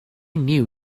knew